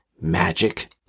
Magic